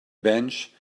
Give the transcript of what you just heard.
bench